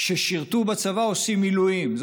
ששירתו בצבא עושים מילואים,